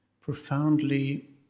profoundly